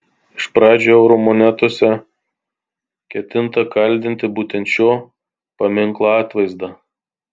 iš pradžių eurų monetose ketinta kaldinti būtent šio paminklo atvaizdą